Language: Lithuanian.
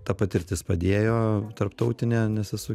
ta patirtis padėjo tarptautinė nes esu